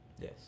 Yes